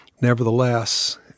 Nevertheless